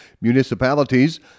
municipalities